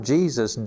Jesus